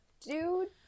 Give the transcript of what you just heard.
dude